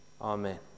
Amen